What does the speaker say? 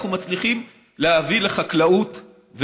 אנחנו מצליחים להביא לחקלאות,